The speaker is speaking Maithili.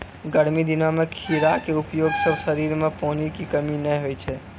गर्मी दिनों मॅ खीरा के उपयोग सॅ शरीर मॅ पानी के कमी नाय होय छै